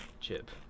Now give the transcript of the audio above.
chip